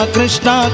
Krishna